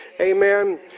Amen